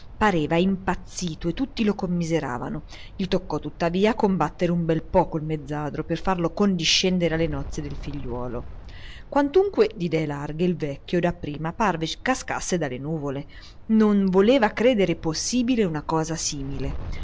pareva impazzito e tutti lo commiseravano gli toccò tuttavia a combattere un bel po col mezzadro per farlo condiscendere alle nozze del figliuolo quantunque d'idee larghe il vecchio dapprima parve cascasse dalle nuvole non voleva creder possibile una cosa simile